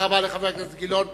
רבה לחבר הכנסת גילאון.